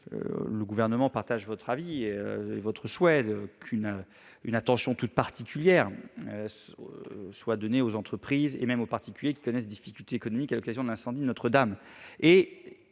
Le Gouvernement partage votre souhait, monsieur Dominati, qu'une attention toute particulière soit portée aux entreprises, et même aux particuliers, qui connaissent des difficultés économiques liées à l'incendie de Notre-Dame